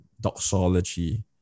doxology